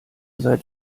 seit